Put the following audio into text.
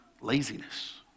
laziness